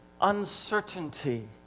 uncertainty